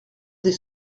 des